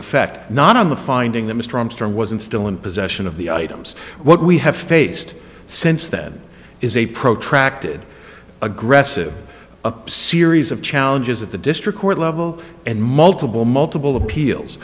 effect not on the finding that mr armstrong wasn't still in possession of the items what we have faced since then is a protracted aggressive a series of challenges at the district court level and multiple multiple appeals